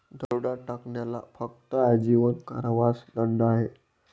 दरोडा टाकण्याला फक्त आजीवन कारावासाचा दंड आहे